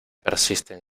persisten